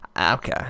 Okay